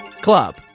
club